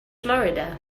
florida